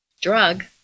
drug